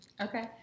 Okay